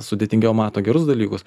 sudėtingiau mato gerus dalykus